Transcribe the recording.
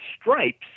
stripes